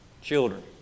Children